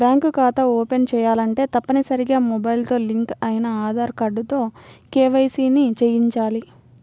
bank ఖాతా open చేయాలంటే తప్పనిసరిగా మొబైల్ తో లింక్ అయిన ఆధార్ కార్డుతో కేవైసీ ని చేయించాలి